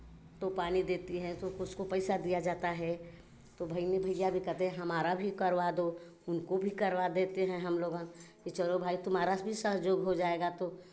तो पानी देती है तो उसको पैसा दिया जाता है तो भगिनी भैया भी कहते कि हमारा भी करवा दो उनको भी करवा देते हैं हमलोगन कि चलो भाई तुम्हारा भी सहयोग हो जाएगा तो